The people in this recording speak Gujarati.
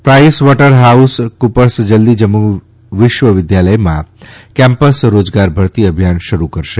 પ્રાઇસ વોટર હાઉસ કુપ ર્સ જલ્દી જમ્મુ વિદ્ય વિદ્યાલયમાં કેમ્પ સ રોજગાર ભરતી અભિયાન શરૂ કરશે